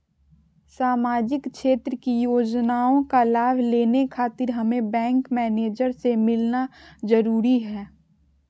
सामाजिक क्षेत्र की योजनाओं का लाभ लेने खातिर हमें बैंक मैनेजर से मिलना जरूरी है?